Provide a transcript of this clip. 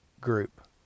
group